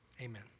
amen